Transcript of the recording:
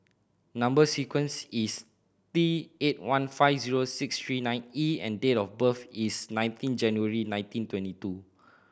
number sequence is T eight one five zero six three nine E and date of birth is nineteen January nineteen twenty two